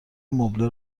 مبله